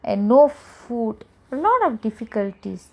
and no food a lot of difficulties